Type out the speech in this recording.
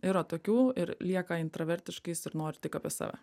yra tokių ir lieka intravertiškais ir nori tik apie save